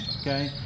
Okay